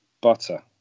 butter